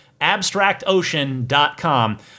abstractocean.com